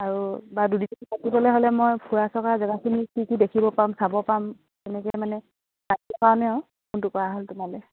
আৰু বা দুদিন এদিন থাকিবলৈ হ'লে মই ফুৰা চকা জেগাখিনি কি কি দেখিব পাম চাব পাম তেনেকৈ মানে যাব কাৰণে আৰু ফোনটো কৰা হ'ল তোমালৈ